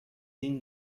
این